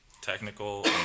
technical